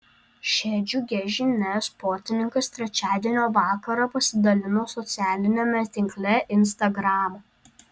šia džiugia žinia sportininkas trečiadienio vakarą pasidalino socialiniame tinkle instagram